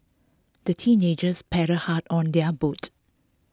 the teenagers paddled hard on their boat